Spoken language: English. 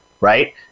right